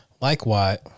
Likewise